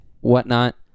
whatnot